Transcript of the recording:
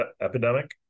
epidemic